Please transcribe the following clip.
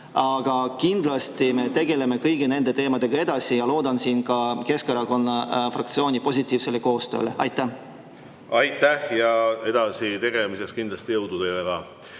Aga kindlasti me tegeleme kõigi nende teemadega edasi ja loodan ka Keskerakonna fraktsiooni positiivsele koostööle. Aitäh! Ja edasi tegelemiseks kindlasti teile